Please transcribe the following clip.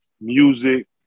music